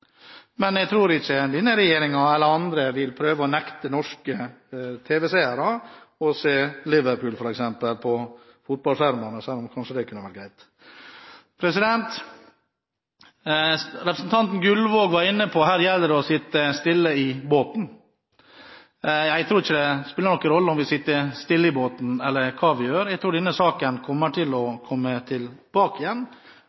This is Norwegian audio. Men jeg tror ikke denne regjeringen eller andre vil prøve å nekte norske tv-seere å se f.eks. Liverpool på tv-skjermene, selv om det kanskje kunne ha vært greit. Representanten Gullvåg var inne på at det gjelder å sitte stille i båten. Jeg tror ikke det spiller noen rolle om vi sitter stille i båten – eller hva vi gjør. Jeg tror denne saken kommer til